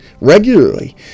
Regularly